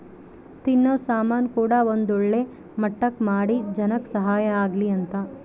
ತಿನ್ನೋ ಸಾಮನ್ ಕೂಡ ಒಂದ್ ಒಳ್ಳೆ ಮಟ್ಟಕ್ ಮಾಡಿ ಜನಕ್ ಸಹಾಯ ಆಗ್ಲಿ ಅಂತ